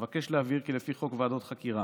אבקש להבהיר כי לפי חוק ועדות חקירה